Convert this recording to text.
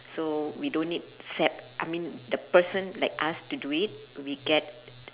so we don't need SEP I mean the person like us to do it we get